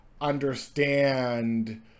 understand